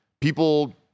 people